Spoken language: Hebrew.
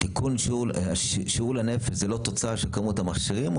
תיקון שיעור לנפש, זה לא תוצר של כמות המכשירים?